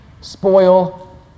spoil